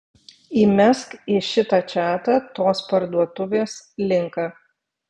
įmesk į šitą čatą tos parduotuvės linką